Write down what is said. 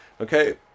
okay